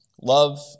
love